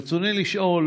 רצוני לשאול: